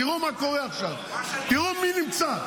תראו מה קורה עכשיו, תראו מי נמצא.